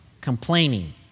complaining